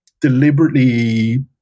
deliberately